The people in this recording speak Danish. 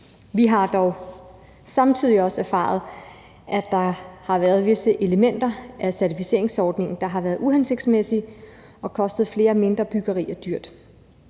Vi har dog samtidig også erfaret, at der har været visse elementer af certificeringsordningen, der har været uhensigtsmæssige og kostet flere mindre byggerier dyrt.